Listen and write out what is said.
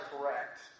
correct